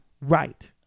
Right